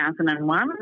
2001